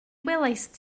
welaist